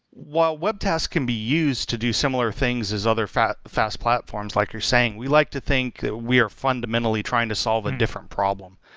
while webtask can be used to do similar things as other fast fast platforms like you're saying, we like to think that we are fundamentally trying to solve a different problem.